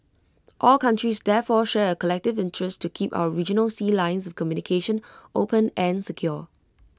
all countries therefore share A collective interest to keep our regional sea lines of communication open and secure